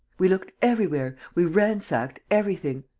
we looked everywhere, we ransacked everything.